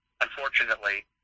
unfortunately